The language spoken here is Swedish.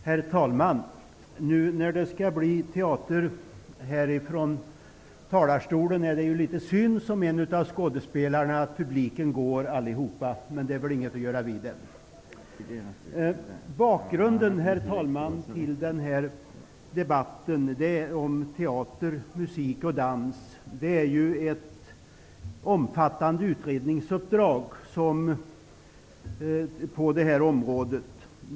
Herr talman! Nu när det skall bli teater ifrån talarstolen är det synd, tycker jag som en av skådespelarna, att publiken går sin väg. Men det är väl inget att göra åt. Bakgrunden, herr talman, till denna debatt om teater, musik och dans är ett omfattande utredningsuppdrag på detta område.